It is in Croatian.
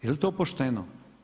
Jel to pošteno?